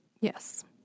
Yes